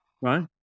right